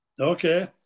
Okay